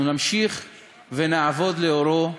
אנחנו נמשיך ונעבוד לאורו,